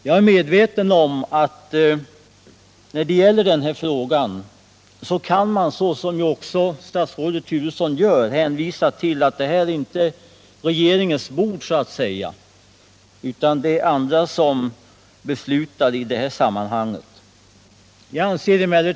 Jag är medveten om att i den här frågan kan man, såsom statsrådet Turesson också gör, hänvisa till att det så att säga inte är regeringens bord, utan att det är andra som beslutar i sammanhanget.